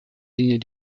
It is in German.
linie